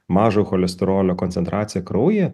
mažo cholesterolio koncentraciją kraujyje